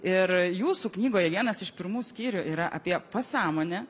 ir jūsų knygoje vienas iš pirmų skyrių yra apie pasąmonę